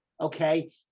okay